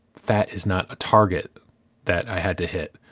fat is not a target that i had to hit,